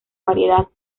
variedad